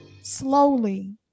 slowly